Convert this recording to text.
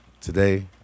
Today